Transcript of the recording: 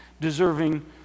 deserving